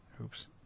Oops